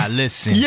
listen